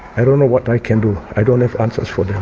i don't know what i can do, i don't have answers for them.